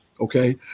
Okay